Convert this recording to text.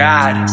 God